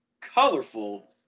colorful